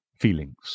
feelings